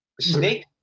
Snake